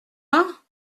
vin